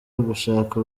ugushaka